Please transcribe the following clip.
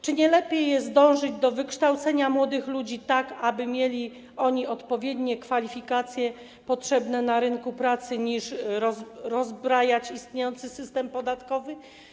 Czy nie lepiej jest dążyć do wykształcenia młodych ludzi tak, aby mieli oni odpowiednie kwalifikacje potrzebne na rynku pracy, niż rozbrajać istniejący system podatkowy?